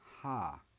ha